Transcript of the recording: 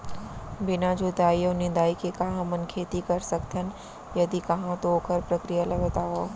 बिना जुताई अऊ निंदाई के का हमन खेती कर सकथन, यदि कहाँ तो ओखर प्रक्रिया ला बतावव?